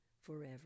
forever